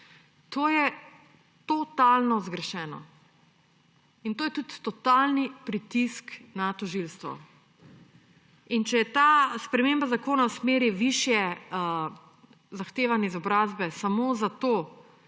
To je totalno zgrešeno in to je tudi totalni pritisk na tožilstvo. Če je ta sprememba zakona v smeri višje zahtevane izobrazbe samo zato,